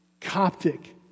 Coptic